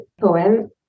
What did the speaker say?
poem